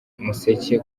museke